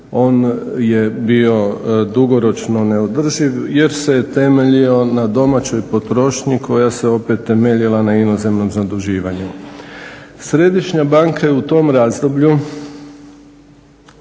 on je bio dugoročno neodrživ, jer se temeljio na domaćoj potrošnji koja se opet temeljila na inozemnom zaduživanju. Središnja banka je u tom razdoblju